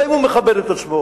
לא הוא מכבד את עצמו,